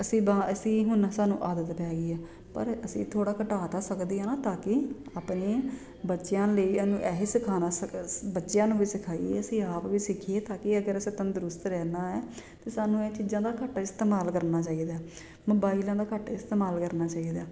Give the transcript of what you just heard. ਅਸੀਂ ਬਾ ਅਸੀਂ ਹੁਣ ਸਾਨੂੰ ਆਦਤ ਪੈ ਗਈ ਆ ਪਰ ਅਸੀਂ ਥੋੜ੍ਹਾ ਘਟਾ ਤਾਂ ਸਕਦੇ ਆ ਨਾ ਤਾਂ ਕਿ ਆਪਣੇ ਬੱਚਿਆਂ ਲਈ ਇਹਨੂੰ ਇਹੀ ਸਿਖਾਉਣਾ ਬੱਚਿਆਂ ਨੂੰ ਵੀ ਸਿਖਾਈਏ ਅਸੀਂ ਆਪ ਵੀ ਸਿੱਖੀਏ ਤਾਂ ਕਿ ਅਗਰ ਅਸੀਂ ਤੰਦਰੁਸਤ ਰਹਿਣਾ ਏ ਤਾ ਸਾਨੂੰ ਇਹ ਚੀਜ਼ਾਂ ਦਾ ਘੱਟ ਇਸਤੇਮਾਲ ਕਰਨਾ ਚਾਹੀਦਾ ਮੋਬਾਈਲਾਂ ਦਾ ਘੱਟ ਇਸਤੇਮਾਲ ਕਰਨਾ ਚਾਹੀਦਾ